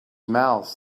mouths